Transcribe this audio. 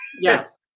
Yes